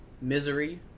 Misery